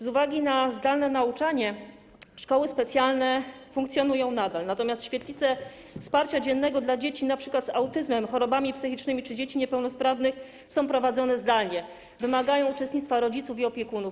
Z uwagi na zdalne nauczanie szkoły specjalne funkcjonują nadal, natomiast świetlice wsparcia dziennego dla dzieci np. z autyzmem, chorobami psychicznymi czy dzieci niepełnosprawnych są prowadzone zdalnie, wymagają uczestnictwa rodziców i opiekunów.